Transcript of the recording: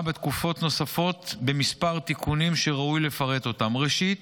בתקופות נוספות בכמה תיקונים שראוי לפרט: ראשית,